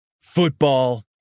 Football